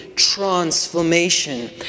Transformation